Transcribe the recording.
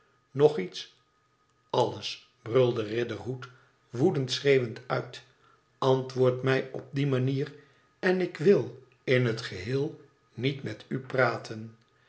nog iets alles i brulde riderhood woedend schreeuwend uit antwoord mij op die manier en ik wil in het geheel niet met u praten